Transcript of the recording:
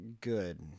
good